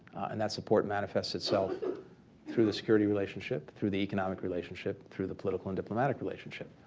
and that support manifests itself through the security relationship, through the economic relationship, through the political and diplomatic relationship.